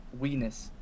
Weenus